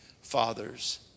fathers